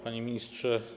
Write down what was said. Panie Ministrze!